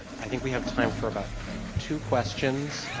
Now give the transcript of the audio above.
i think we have time for about two questions.